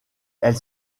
elle